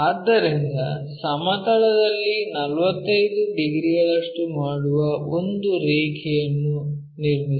ಆದ್ದರಿಂದ ಸಮತಲದಲ್ಲಿ 45 ಡಿಗ್ರಿಗಳಷ್ಟು ಮಾಡುವ ಒಂದು ರೇಖೆಯನ್ನು ನಿರ್ಮಿಸಿ